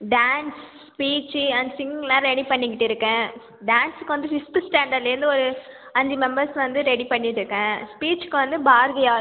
dance speech and சிங்கிங்லாம் ready பண்ணிக்கிட்டு இருக்கேன் டான்ஸ்க்கு வந்து ஃபிஃப்த்து ஸ்டாண்டர்லேருந்து ஒரு அஞ்சு மெம்பர்ஸ் வந்து ரெடி பண்ணிகிட்டு இருக்கேன் ஸ்பீச்க்கு வந்து பாரதியார்